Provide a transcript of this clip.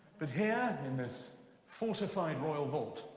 but here in this fortified royal vault,